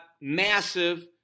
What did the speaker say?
massive